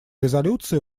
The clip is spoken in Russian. резолюции